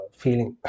feeling